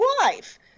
wife